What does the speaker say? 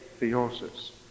theosis